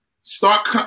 Start